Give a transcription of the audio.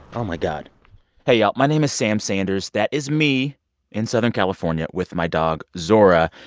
oh, my god hey, y'all. my name is sam sanders. that is me in southern california with my dog, zora,